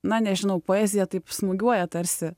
na nežinau poezija taip smūgiuoja tarsi